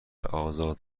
آزاد